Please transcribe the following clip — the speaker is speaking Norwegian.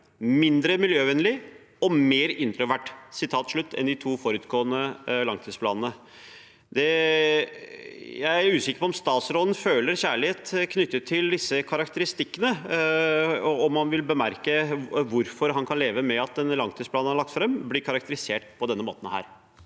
mindre miljøvennlig og mer introvert» enn de to forutgående langtidsplanene. Jeg er usikker på om statsråden føler kjærlighet knyttet til disse karakteristikkene, og om han vil fortelle hvordan han kan leve med at den langtidsplanen han har lagt fram, blir karakterisert på denne måten.